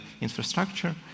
infrastructure